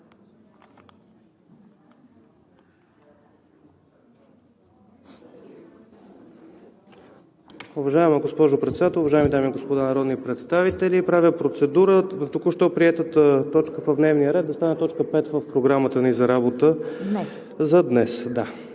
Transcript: Уважаема госпожо Председател, уважаеми дами и господа народни представители! Правя процедура току-що приетата точка в дневния ред да стане т. 5 в Програмата ни за работа за днес.